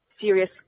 serious